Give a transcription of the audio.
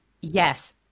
Yes